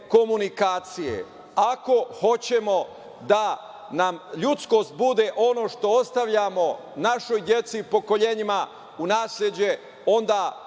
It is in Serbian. komunikacije. Ako hoćemo da nam ljudskost bude ono što ostavljamo našoj deci i pokolenjima u nasleđe, onda